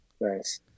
Nice